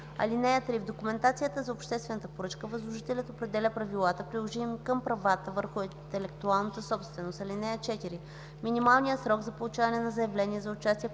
(3) В документацията за обществената поръчка възложителят определя правилата, приложими към правата върху интелектуалната собственост. (4) Минималният срок за получаване на заявление за участие в